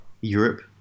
Europe